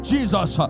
Jesus